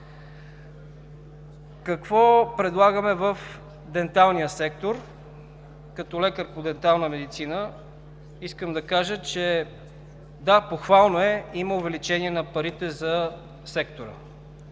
Какво предлагаме в денталния сектор? Като лекар по дентална медицина искам да кажа, че да, похвално е, има увеличение на парите за сектора.